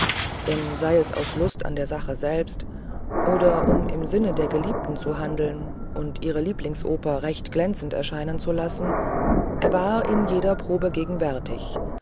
denn sei es aus lust an der sache selbst oder um im sinne der geliebten zu handeln und ihre lieblingsoper recht glänzend erscheinen zu lassen er war in jeder probe gegenwärtig